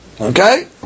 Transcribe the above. Okay